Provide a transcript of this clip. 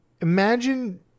Imagine